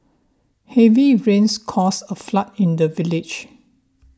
heavy rains caused a flood in the village